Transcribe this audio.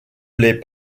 les